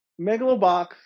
Megalobox